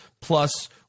plus